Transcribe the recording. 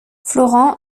florent